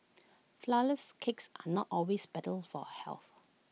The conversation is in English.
Flourless Cakes are not always better for health